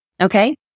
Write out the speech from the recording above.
Okay